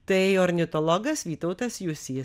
tai ornitologas vytautas jusys